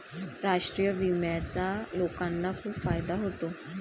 राष्ट्रीय विम्याचा लोकांना खूप फायदा होतो